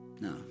No